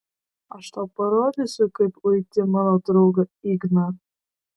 aš tau parodysiu kaip uiti mano draugą igną